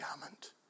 garment